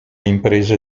imprese